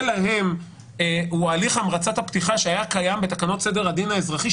להם הוא הליך המרצת הפתיחה שהיה קיים בתקנות סדר הדין האזרחי,